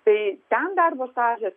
tai ten darbo stažas